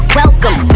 welcome